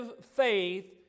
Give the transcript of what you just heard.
faith